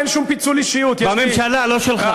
אין שום פיצול אישיות, יש, בממשלה, לא שלך.